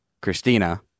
Christina